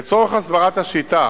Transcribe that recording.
לצורך הסברת השיטה